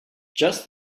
just